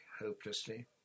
hopelessly